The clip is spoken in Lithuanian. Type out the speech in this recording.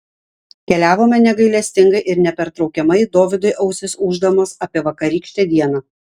keliavome negailestingai ir nepertraukiamai dovydui ausis ūždamos apie vakarykštę dieną